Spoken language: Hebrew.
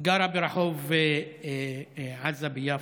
היא גרה ברחוב עזה ביפו.